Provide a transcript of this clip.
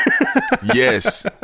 Yes